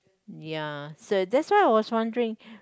ya so that's why I was wondering